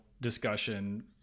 discussion